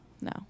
No